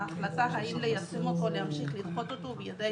ההחלטה האם ליישם אותו או להמשיך לדחות היא בידי